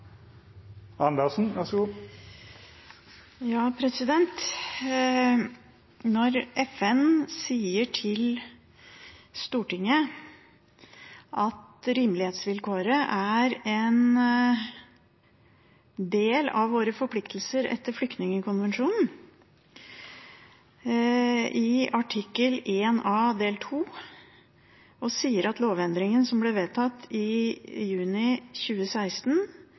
en del av våre forpliktelser etter flyktningkonvensjonen i artikkel 1 A nr. 2, og sier at lovendringen som ble vedtatt i juni 2016,